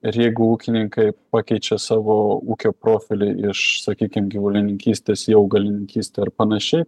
ir jeigu ūkininkai pakeičia savo ūkio profilį iš sakykim gyvulininkystės į augalininkystę ir panašiai